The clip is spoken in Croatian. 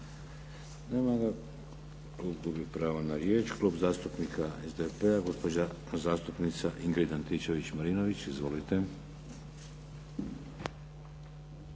Nema ga. Klub gubi pravo na riječ. Klub zastupnika SDP-a, gospođa zastupnica Ingrid Antičević-Marinović. Izvolite.